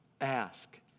Ask